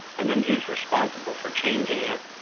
and and who is responsible for changing it?